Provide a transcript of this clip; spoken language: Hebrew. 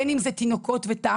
בין אם זה תינוקות וטף,